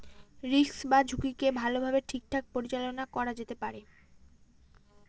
risk বা ঝুঁকিকে ভালোভাবে ঠিকঠাক পরিচালনা করা যেতে পারে